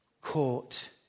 caught